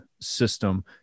system